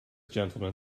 gentlemen